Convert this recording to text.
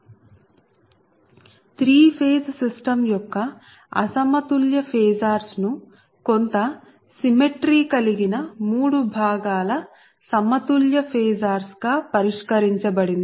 3 phase system యొక్క అసమతుల్య phasors ను కొంత సిమెట్రీ కలిగిన మూడు భాగాల సమతుల్య ఫేసార్స్ గా పరిష్కరించబడింది